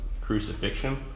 crucifixion